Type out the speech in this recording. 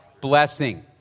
blessing